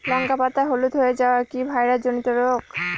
লঙ্কা পাতা হলুদ হয়ে যাওয়া কি ভাইরাস জনিত রোগ?